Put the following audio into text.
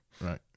right